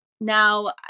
Now